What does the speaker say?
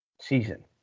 season